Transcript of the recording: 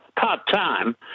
part-time